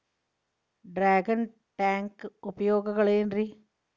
Dragon tank ಉಪಯೋಗಗಳೆನ್ರಿ?